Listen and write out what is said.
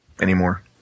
Anymore